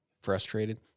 frustrated